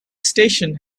station